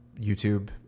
YouTube